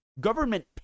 government